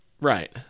Right